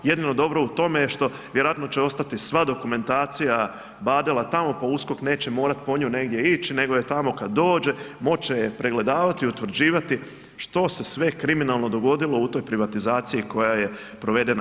Jedino dobro u tome je što vjerojatno će ostati sva dokumentacija Badela tamo, pa USKOK neće morat po nju negdje ić, nego je tamo kad dođe, moći će je pregledavati i utvrđivati što se sve kriminalno dogodilo u toj privatizaciji koja je provedena.